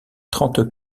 trente